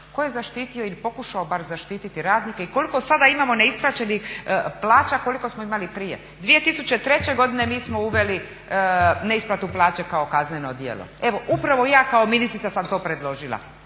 Tko je zaštitio ili bar pokušao zaštiti radnike i koliko sada imamo neisplaćenih plaća koliko smo imali prije? 2003.godine mi smo uveli neisplatu plaća kao kazneno djelo. Evo upravo ja kao ministrica sam to predložila